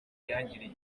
yangiriye